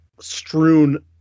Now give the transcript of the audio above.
strewn